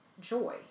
joy